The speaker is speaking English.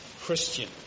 Christian